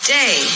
day